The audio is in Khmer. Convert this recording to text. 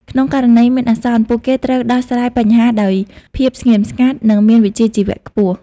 ក្នុងករណីមានអាសន្ន ពួកគេត្រូវដោះស្រាយបញ្ហាដោយភាពស្ងប់ស្ងាត់និងមានវិជ្ជាជីវៈខ្ពស់។